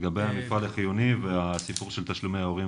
לגבי המפעל החיוני והסיפור של תשלומי ההורים